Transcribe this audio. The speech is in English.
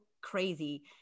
crazy